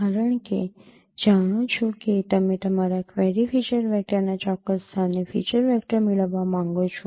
કારણ કે જાણો છો કે તમે તમારા ક્વેરી ફીચર વેક્ટરના ચોક્કસ સ્થાને ફીચર વેક્ટર મેળવવા માંગો છો